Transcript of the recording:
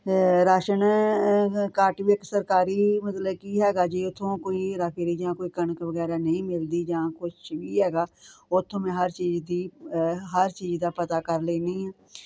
ration card ਵੀ ਇੱਕ ਸਰਕਾਰੀ ਮਤਲਬ ਕਿ ਹੈਗਾ ਜੀ ਇੱਥੋਂ ਕੋਈ ਹੇਰਾ ਫੇਰੀ ਜਾਂ ਕੋਈ ਕਣਕ ਵਗੈਰਾ ਨਹੀਂ ਮਿਲਦੀ ਜਾਂ ਕੁਛ ਵੀ ਹੈਗਾ ਉੱਥੋਂ ਮੈਂ ਹਰ ਚੀਜ਼ ਦੀ ਹਰ ਚੀਜ਼ ਦਾ ਪਤਾ ਕਰ ਲੈਂਦੀ ਹਾਂ